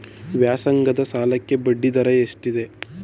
ವ್ಯಾಸಂಗದ ಸಾಲಕ್ಕೆ ಬಡ್ಡಿ ದರ ಎಷ್ಟಿದೆ?